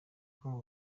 kumva